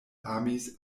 amis